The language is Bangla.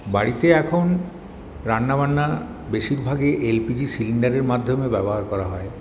বাড়িতে এখন রান্নাবান্না বেশীরভাগই এলপিজি সিলিন্ডারের মাধ্যমে ব্যবহার করা হয়